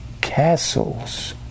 castles